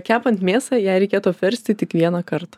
kepant mėsą ją reikėtų apversti tik vienąkart